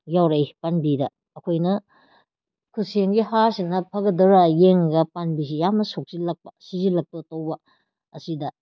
ꯌꯥꯎꯔꯛꯏ ꯄꯥꯝꯕꯤꯗ ꯑꯩꯈꯣꯏꯅ ꯈꯨꯠꯁꯦꯝꯒꯤ ꯍꯥꯔꯁꯤꯅ ꯐꯒꯗꯔꯥ ꯌꯦꯡꯉꯒ ꯄꯥꯝꯕꯤꯁꯤ ꯌꯥꯝꯅ ꯁꯣꯛꯆꯤꯜꯂꯛꯄ ꯁꯤꯖꯤꯜꯂꯛꯄ ꯇꯧꯕ ꯑꯁꯤꯗ